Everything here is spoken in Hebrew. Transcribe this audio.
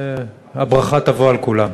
הברכה תבוא על כולם.